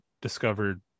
discovered